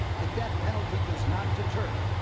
the death penalty does not deter.